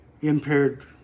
impaired